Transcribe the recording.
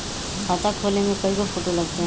खाता खोले में कइगो फ़ोटो लगतै?